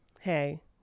Hey